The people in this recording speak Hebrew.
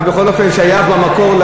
אתה בכל אופן שייך למקור,